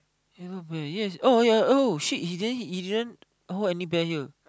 ya but yes oh ya oh shit he didn't he didn't oh and he bang you